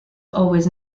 always